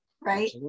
Right